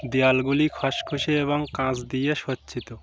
দেয়ালগুলি খসখসে এবং কাঁচ দিয়ে গচ্ছিত